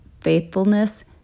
faithfulness